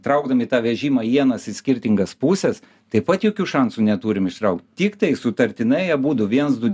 traukdami tą vežimą ienas į skirtingas puses taip pat jokių šansų neturim ištraukt tiktai sutartinai abudu viens du